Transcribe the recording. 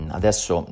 adesso